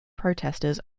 protestors